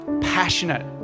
passionate